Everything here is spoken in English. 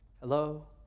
Hello